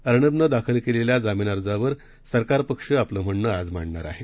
अर्णबनं दाखल केलेल्या जामिन अर्जावर सरकार पक्ष आपले म्हणणे आज मांडणार आहे